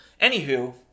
Anywho